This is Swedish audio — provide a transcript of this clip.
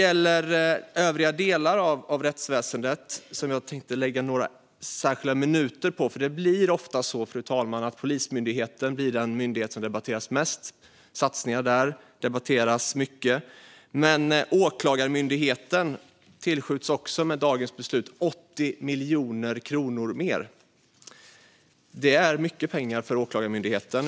Fru talman! Jag tänkte lägga några minuter på övriga delar av rättsväsendet. Det blir ofta så att vid satsningar på Polismyndigheten blir det den myndighet som debatteras mest. Åklagarmyndigheten tillskjuts med dagens beslut 80 miljoner kronor mer. Det är mycket pengar för Åklagarmyndigheten.